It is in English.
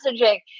messaging